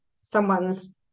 someone's